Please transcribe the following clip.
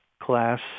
class